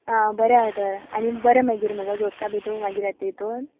आं बरें आसा तर आनी बरें मागीर मगो जोडटा बी तूं मागीर हें तें हितून